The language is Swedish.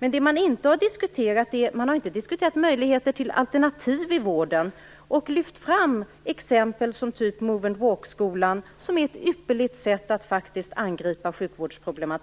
Men man har inte diskuterat möjligheter till alternativ i vården och lyft fram exempel som Move & Walk-skolan. Det är ett ypperligt sätt att angripa sjukvårdsproblemen.